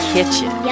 Kitchen